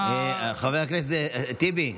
טיבי,